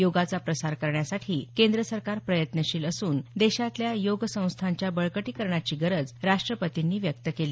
योगाचा प्रसार करण्यासाठी केंद्र सरकार प्रयत्नशील असून देशातल्या योग संस्थांच्या बळकटीकरणाची गरज राष्ट्रपतींनी व्यक्त केली